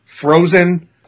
Frozen